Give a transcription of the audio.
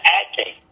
acting